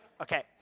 okay